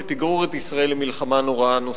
שתגרור את ישראל למלחמה נוראה נוספת.